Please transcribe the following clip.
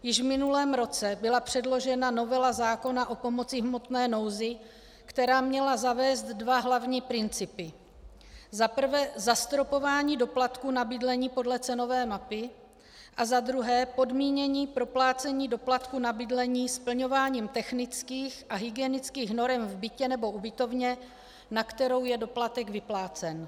Již v minulém roce byla předložena novela zákona o pomoci v hmotné nouzi, která měla zavést dva hlavní principy: za prvé zastropování doplatku na bydlení podle cenové mapy, za druhé podmínění proplácení doplatku na bydlení splňováním technických a hygienických norem v bytě nebo v ubytovně, na kterou je doplatek vyplácen.